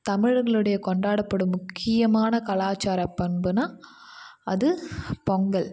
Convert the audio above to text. தமிழர்களுடைய கொண்டாடப்படும் முக்கியமான கலாச்சார பண்புன்னா அது பொங்கல்